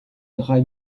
drei